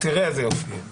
תראה איזה יופי יהיה.